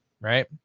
right